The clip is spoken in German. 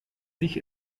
sich